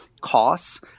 costs